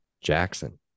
Jackson